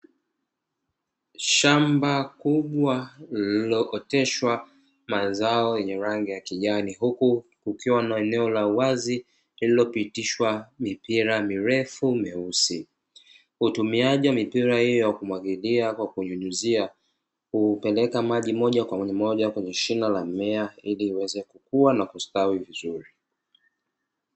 Shamba kubwa lililooteshwa mazao yenye rangi ya kijani, huku kukiwa na eneo la wazi lililopitishwa mipira mirefu myeusi. Utumiaji wa mipira hiyo ya kumwagilia kwa kunyunyuzia, hupeleka maji moja kwa moja kwenye shina la mmea ili iweze kukua na kustawi vizuri.